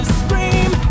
scream